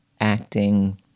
acting